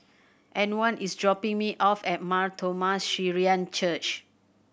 Antwan is dropping me off at Mar Thoma Syrian Church